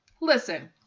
Listen